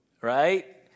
right